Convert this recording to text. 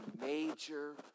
major